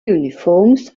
uniforms